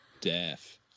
deaf